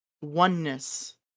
oneness